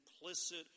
implicit